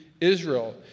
Israel